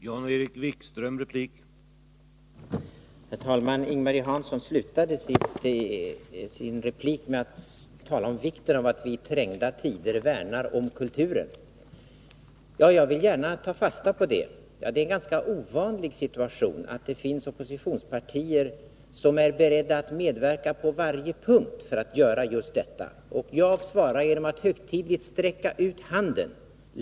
Herr talman! Ing-Marie Hansson slutade sin replik med att tala om vikten av att vi i trängda tider värnar om kulturen. Ja, jag vill gärna ta fasta på det. Det är en ganska ovanlig situation att det finns oppositonspartier som är beredda att medverka på varje punkt för att göra just detta. Och jag svarar genom att högtidligt sträcka ut handen.